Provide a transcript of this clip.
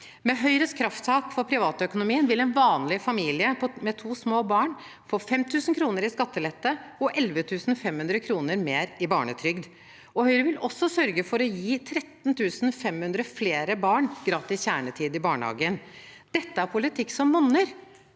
Med Høyres krafttak for privatøkonomien vil en vanlig familie med to små barn få 5 000 kr i skattelette og 11 500 kr mer i barnetrygd. Høyre vil også sørge for å gi 13 500 flere barn gratis kjernetid i barnehagen. Dette er politikk som monner,